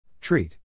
Treat